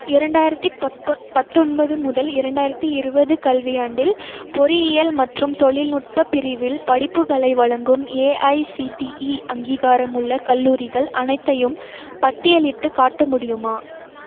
இரண்டாயிரத்தி பத்தொன் பத்தொன்பது முதல் இரண்டாயிரத்தி இருபது கல்வியாண்டில் பொறியியல் மற்றும் தொழில்நுட்ப பிரிவில் படிப்புகளை வழங்கும் ஏஐசிடிஇ அங்கீகாரமுள்ள கல்லூரிகள் அனைத்தையும் பட்டியலிட்டுக் காட்ட முடியுமா